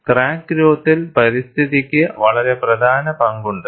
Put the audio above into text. crack ഗ്രോത്തിൽ പരിസ്ഥിതിക്ക് വളരെ പ്രധാന പങ്കുണ്ട്